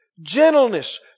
Gentleness